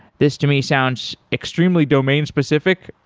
this to me sounds extremely domain-specific,